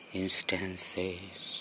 instances